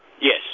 Yes